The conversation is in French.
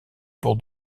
pour